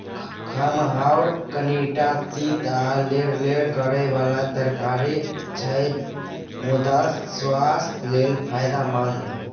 खमहाउर कनीटा तीत आ लेरलेर करय बला तरकारी छै मुदा सुआस्थ लेल फायदेमंद